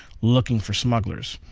looking for smugglers.